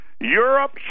Europe